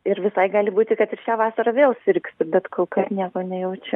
ir visai gali būti kad ir šią vasarą vėl sirgsiu bet kol kas nieko nejaučiu